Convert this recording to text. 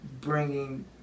bringing